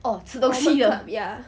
gourmet club ya